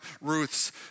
Ruth's